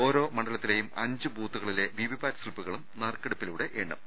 ഓരോ മണ്ഡലത്തിലേയും അഞ്ച് ബൂത്തുകളിലെ വിവിപാറ്റ് സ്സിപ്പുകളും നറുക്കെടുത്ത് എണ്ണും